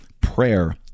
prayer